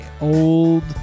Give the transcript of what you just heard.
old